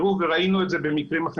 וראינו את זה במקרים אחרים,